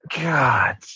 God